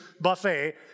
buffet